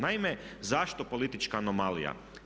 Naime, zašto politička anomalija?